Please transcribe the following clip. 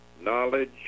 knowledge